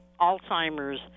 Alzheimer's